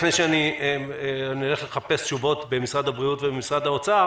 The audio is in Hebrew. לפני שאני הולך לחפש תשובות במשרד הבריאות ומשרד האוצר: